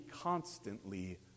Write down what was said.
constantly